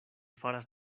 faras